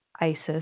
ISIS